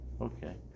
Okay